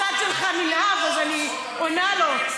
הצד שלך נלהב, אז אני עונה לו.